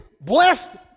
Bless